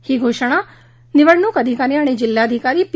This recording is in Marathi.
ही घोषणा निवडणूक अधिकारी आणि जिल्हाधिकारी पी